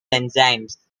enzymes